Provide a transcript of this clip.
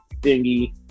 thingy